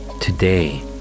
Today